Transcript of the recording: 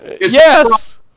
Yes